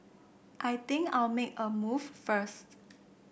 I think I'll make a move first